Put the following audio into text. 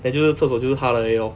then 就是厕所就是她的而已 lor